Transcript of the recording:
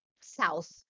south